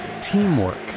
teamwork